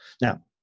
Now